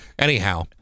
Anyhow